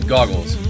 Goggles